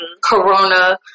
Corona